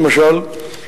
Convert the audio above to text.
למשל,